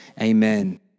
Amen